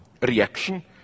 reaction